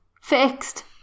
Fixed